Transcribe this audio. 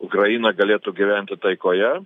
ukraina galėtų gyventi taikoje